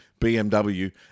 BMW